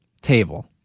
Table